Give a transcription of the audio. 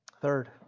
Third